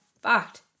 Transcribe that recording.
fact